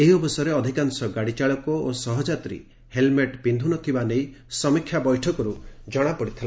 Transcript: ଏହି ଅବସରରେ ଅଧିକାଂଶ ଗାଡ଼ିଚାଳକ ଓ ସହଯାତ୍ରୀ ହେଲ୍ମେଟ୍ ପିକ୍ଷୁ ନ ଥିବା ନେଇ ସମୀକ୍ଷା ବୈଠକରୁ ଜଣାପଡ଼ିଥିଲା